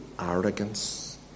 arrogance